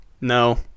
No